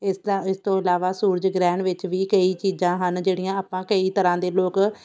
ਇਸ ਤਰ੍ਹਾਂ ਇਸ ਤੋਂ ਇਲਾਵਾ ਸੂਰਜ ਗ੍ਰਹਿਣ ਵਿੱਚ ਵੀ ਕਈ ਚੀਜ਼ਾਂ ਹਨ ਜਿਹੜੀਆਂ ਆਪਾਂ ਕਈ ਤਰ੍ਹਾਂ ਦੇ ਲੋਕ